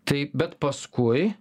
tai bet paskui